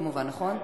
נכון?